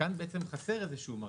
וכאן בעצם חסר איזשהו מרכיב,